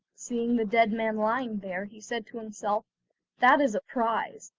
seeing the dead man lying there, he said to himself that is a prize,